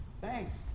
Thanks